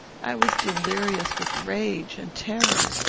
i was delirious with rage and terror.